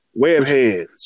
Webheads